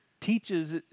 teaches